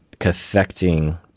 cathecting